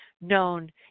known